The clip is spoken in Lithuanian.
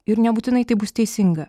ir nebūtinai tai bus teisinga